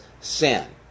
sin